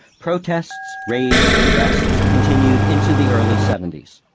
protests, raids, arrests, continued into the early seventies.